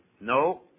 No